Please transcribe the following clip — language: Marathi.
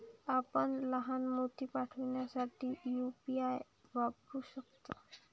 आपण लहान मोती पाठविण्यासाठी यू.पी.आय वापरू शकता